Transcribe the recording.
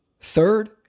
Third